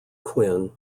quinn